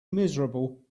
miserable